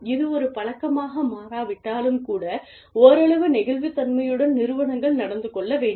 இது ஒரு பழக்கமாக மாறாவிட்டாலும் கூடல் ஓரளவு நெகிழ்வுத்தன்மையுடன் நிறுவனங்கள் நடந்து கொள்ளவேண்டும்